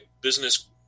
business